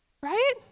right